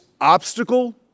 obstacle